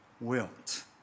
wilt